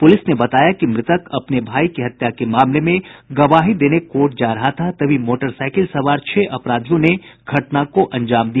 police ने बताया कि मृतक अपने भाई की हत्या के मामले में गवाही देने कोर्ट जा रहा था तभी मोटरसाईकिल सवार छह अपराधियों ने घटना को अंजाम दिया